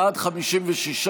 בעד, 56,